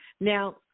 Now